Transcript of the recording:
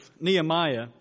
Nehemiah